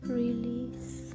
release